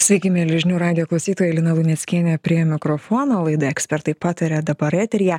sveiki mieli žinių radijo klausytojai lina luneckienė prie mikrofono laida ekspertai pataria dabar eteryje